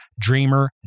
dreamer